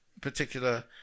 particular